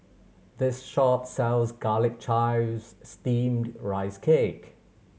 this shop sells Garlic Chives Steamed Rice Cake